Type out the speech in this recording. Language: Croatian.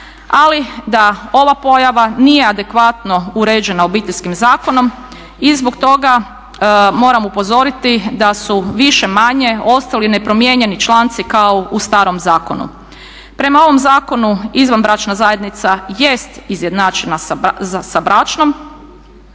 ali da ova pojava nije adekvatno uređena Obiteljskim zakonom i zbog toga moram upozoriti da su više-manje ostali nepromijenjeni članci kao u starom zakonu. Prema ovom zakonu izvanbračna zajednica jest izjednačena sa bračnom,